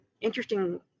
interesting